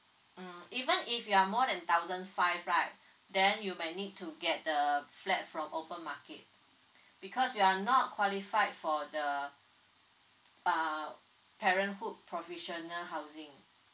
mm even if you are more than thousand five right then you may need to get the flat from open market because you are not qualified for the uh parenthood provisional housing